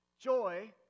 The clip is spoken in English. Joy